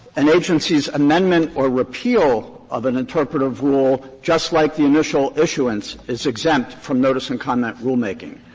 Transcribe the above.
an agency's amendment or repeal of an interpretative rule, just like the initial issuance, is exempt from notice-and-comment rulemaking.